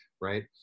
right